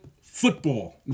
football